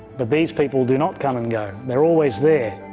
but these people do not come and go, they're always there,